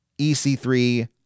EC3